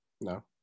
No